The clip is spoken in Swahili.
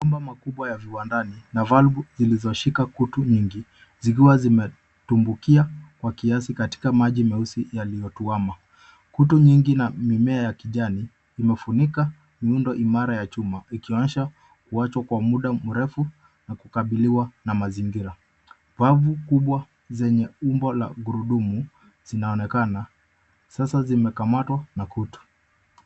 Kumba makubwa ya viwandani na valvu zilizoshika kutu nyingi, zikiwa zimetumbukia kwa kiasi katika maji meusi yaliyo tuama. Kutu nyingi na mimea ya kijani, imefunika muundo imara ya chuma, ikionyesha kuwachwa kwa muda mrefu na kukabiliwa na mazingira. Valvu kubwa zenye umbo la gurudumu, zinaonekana sasa zimekamatwa na kutu.